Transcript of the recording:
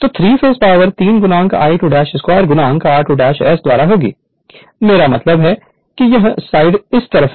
तो three phase power 3 I2 2 r2 S द्वारा होगी मेरा मतलब है कि यह साइड इस तरफ है